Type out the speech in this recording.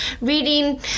reading